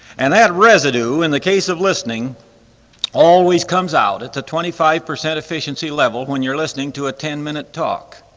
and that residue in the case of listening always comes out at the twenty-five percent efficiency level when you're listening to a ten-minute talk.